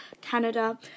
canada